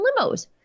limos